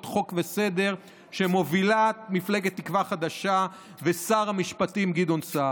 חוק וסדר שמובילה מפלגת תקווה חדשה ושר המשפטים גדעון סער.